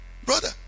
Brother